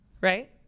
Right